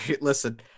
Listen